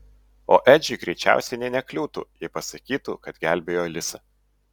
o edžiui greičiausiai nė nekliūtų jei pasakytų kad gelbėjo lisą